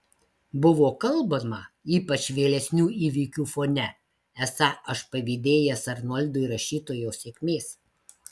buvo kalbama ypač vėlesnių įvykių fone esą aš pavydėjęs arnoldui rašytojo sėkmės